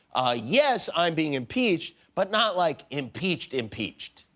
yes, i'm being impeached, but not like impeached impeached.